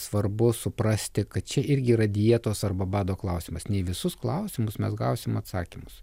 svarbu suprasti kad čia irgi yra dietos arba bado klausimas ne į visus klausimus mes gausim atsakymus